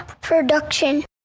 Production